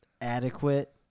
adequate